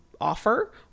offer